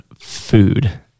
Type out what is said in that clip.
food